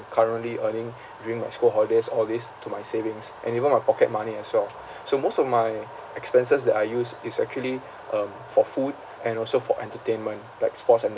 currently earning during my school holidays all this to my savings and even my pocket money as well so most of my expenses that I use is actually um for food and also for entertainment like sports and